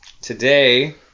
Today